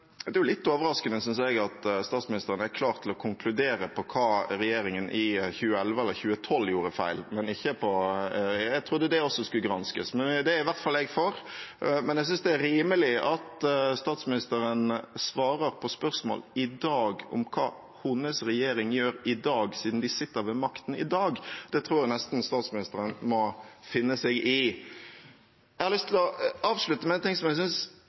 Det er litt overraskende, synes jeg, at statsministeren er klar til å konkludere om hva regjeringen i 2011 eller 2012 gjorde feil. Jeg trodde det også skulle granskes. Det er jeg i hvert fall for. Men jeg synes det er rimelig at statsministeren svarer på spørsmål i dag om hva hennes regjering gjør i dag, siden de sitter ved makten i dag. Det tror jeg nesten statsministeren må finne seg i. Jeg har lyst til å avslutte med noe jeg synes er en